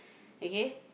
okay